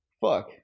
fuck